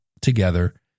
Together